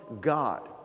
God